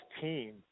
team